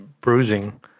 bruising